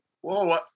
whoa